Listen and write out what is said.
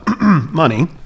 money